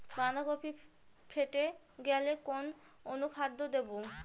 বাঁধাকপি ফেটে গেলে কোন অনুখাদ্য দেবো?